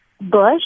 Bush